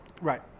Right